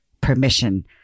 permission